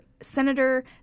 senator